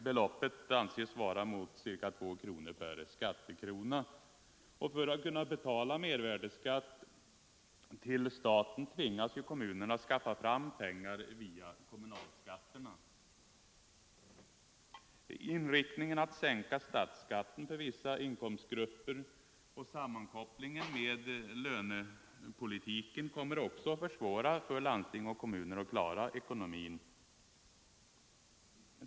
Beloppet anses motsvara ca 2 kronor per skattekrona. För att kunna betala mervärdeskatt till staten tvingas kommunerna skaffa fram pengarna via kommunalskatten. Inriktningen att sänka statsskatten för vissa inkomstgrupper och sammankopplingen med lönepolitiken kommer också med den föreslagna utformningen att försvåra för landsting och kommuner att klara ekonomin.